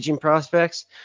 prospects